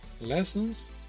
lessons